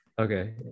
Okay